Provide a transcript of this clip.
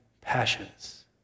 passions